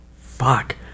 fuck